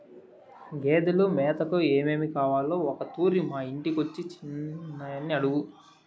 గేదెలు మేతకు ఏమేమి కావాలో ఒకతూరి మా ఇంటికొచ్చి చిన్నయని అడుగు